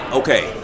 okay